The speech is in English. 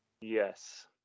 Yes